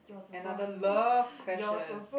another love question